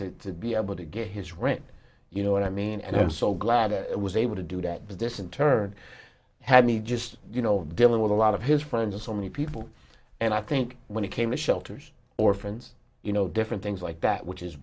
that to be able to get his rent you know what i mean and i'm so glad i was able to do that but this in turn had me just you know dealing with a lot of his friends of so many people and i think when it came to shelters or friends you know different things like that which is